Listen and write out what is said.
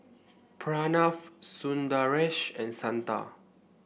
Pranav Sundaresh and Santha